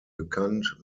bekannt